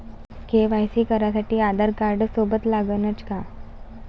KYC करासाठी आधारकार्ड सोबत लागनच का?